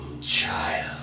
child